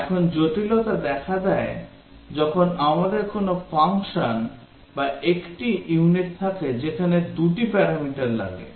এখন জটিলতা দেখা দেয় যখন আমাদের কোনও ফাংশন বা একটি ইউনিট থাকে যেখানে দুটি parameter লাগে